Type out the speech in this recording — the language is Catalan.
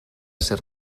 ser